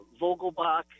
Vogelbach